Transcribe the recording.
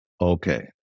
okay